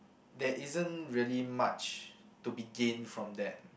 there isn't really much to begin from that